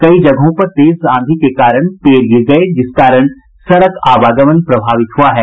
कई जगहों पर तेज आंधी के कारण पेड़ गिर गये जिस कारण सड़क आवागमन प्रभावित हुआ है